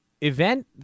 event